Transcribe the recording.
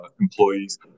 employees